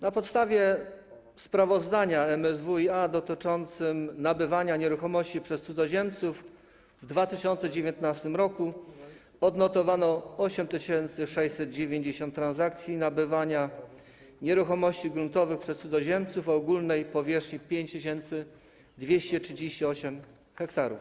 Na podstawie sprawozdania MSWiA dotyczącego nabywania nieruchomości przez cudzoziemców w 2019 r. odnotowano 8690 transakcji nabywania nieruchomości gruntowych przez cudzoziemców o ogólnej powierzchni 5238 ha.